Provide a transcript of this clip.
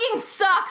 sucks